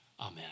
Amen